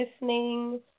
listening